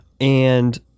And-